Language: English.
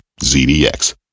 ZDX